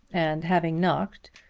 and having knocked,